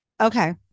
Okay